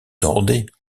tordait